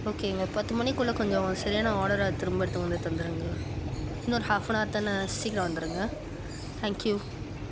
ஓகேங்க பத்து மணிக்குள்ளே கொஞ்சம் சரியான ஆர்டரை திரும்ப எடுத்து வந்து தந்துடுங்க இன்னொரு ஹாஃப் அண்ட் ஹார்தானே சீக்கிரம் வந்துடுங்க தேங்க்யூ